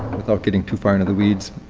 without getting too far into the weeds,